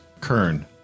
Kern